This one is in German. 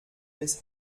des